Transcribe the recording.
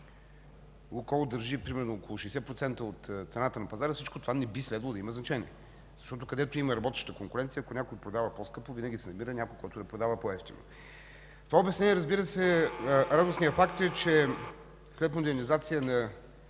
„Лукойл” държи около 60% от цената на пазара. Всичко това не би следвало да има значение, защото където има работеща конкуренция, ако някой продава по-скъпо, винаги се намира някой, който да продава по-евтино. В това обяснение радостният факт е, че след модернизация на